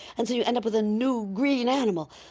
and so you end up with a new green animal.